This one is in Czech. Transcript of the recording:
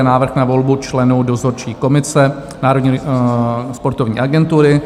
Návrh na volbu členů Dozorčí komise Národní sportovní agentury